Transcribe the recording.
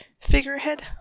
figurehead